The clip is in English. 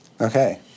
Okay